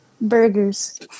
Burgers